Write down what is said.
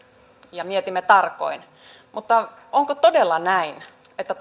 ja mietimme tarkoin mutta onko todella näin että